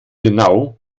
genau